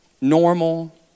normal